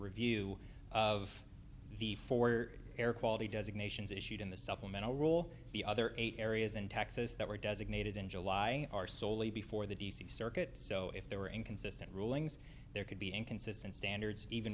review of the four air quality designations issued in the supplemental rule the other eight areas in texas that were designated in july are soley before the d c circuit so if there were inconsistent rulings there could be inconsistent standards even